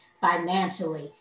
financially